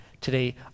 today